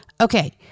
Okay